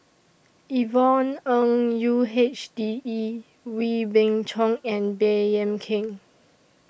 Yvonne Ng U H D E Wee Beng Chong and Baey Yam Keng